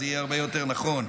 זה יהיה הרבה יותר נכון.